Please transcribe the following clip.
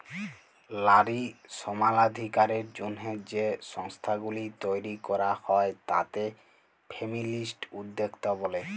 লারী সমালাধিকারের জ্যনহে যে সংস্থাগুলি তৈরি ক্যরা হ্যয় তাতে ফেমিলিস্ট উদ্যক্তা ব্যলে